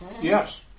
Yes